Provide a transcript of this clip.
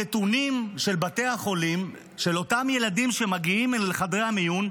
הנתונים של בתי החולים על אותם ילדים שמגיעים אל חדרי המיון,